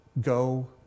go